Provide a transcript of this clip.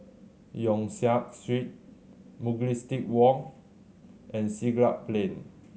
Yong Siak Street Mugliston Walk and Siglap Plain